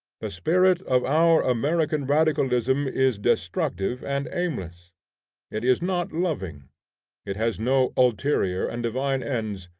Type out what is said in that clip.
the spirit of our american radicalism is destructive and aimless it is not loving it has no ulterior and divine ends,